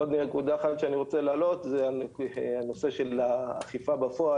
עוד נקודה אחת שאני רוצה להעלות היא על הנושא של אכיפה בפועל.